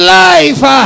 life